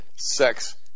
sex